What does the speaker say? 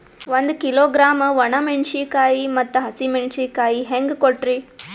ಒಂದ ಕಿಲೋಗ್ರಾಂ, ಒಣ ಮೇಣಶೀಕಾಯಿ ಮತ್ತ ಹಸಿ ಮೇಣಶೀಕಾಯಿ ಹೆಂಗ ಕೊಟ್ರಿ?